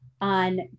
on